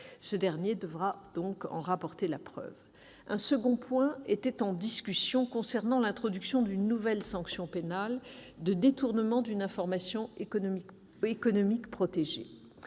Ce dernier devra en rapporter la preuve. Un second point était en discussion : l'introduction d'une nouvelle sanction pénale pour « détournement d'une information économique protégée